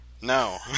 No